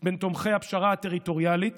בין תומכי הפשרה הטריטוריאלית